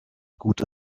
gute